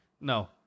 No